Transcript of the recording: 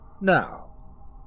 Now